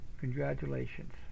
Congratulations